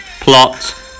Plot